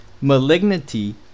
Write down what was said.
malignity